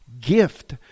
gift